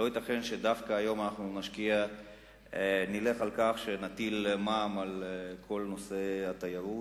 לא ייתכן שדווקא היום נפגע ונטיל מע"מ בכל נושא התיירות.